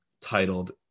titled